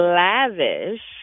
lavish